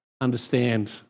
understand